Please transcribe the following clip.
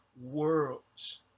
worlds